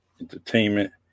Entertainment